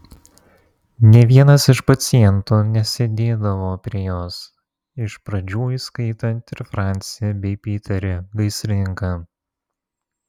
nė vienas iš pacientų nesėdėdavo prie jos iš pradžių įskaitant ir francį bei piterį gaisrininką